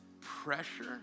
pressure